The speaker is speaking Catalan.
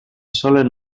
solen